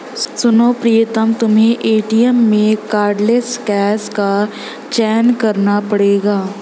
सुनो प्रीतम तुम्हें एटीएम में कार्डलेस कैश का चयन करना पड़ेगा